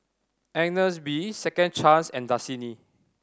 Agnes B Second Chance and Dasani